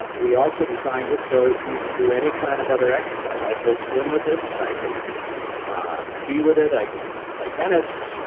but we also designed this so you can do any kind of other exercise. i can go swim with ah this. i can ski with it. i can play tennis,